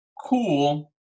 cool